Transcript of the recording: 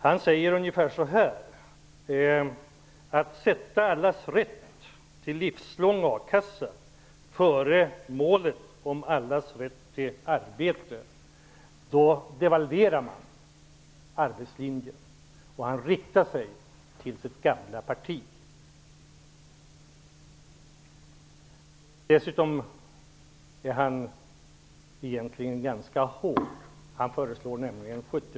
Han säger ungefär så här: Att sätta allas rätt till livslång akassa före målet allas rätt till arbete innebär att man devalverar arbetslinjen. Han riktar sig med detta till sitt gamla parti. Dessutom är han egentligen ganska hård. Han föreslår nämligen en 70